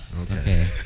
Okay